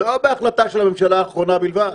לא בהחלטה של הממשלה האחרונה בלבד